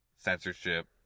censorship